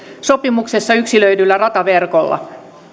sopimuksessa yksilöidyllä rataverkolla